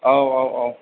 औ औ औ